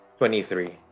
23